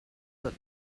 that